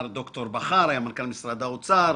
ד"ר בכר היה מנכ"ל משרד האוצר,